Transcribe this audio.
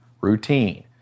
Routine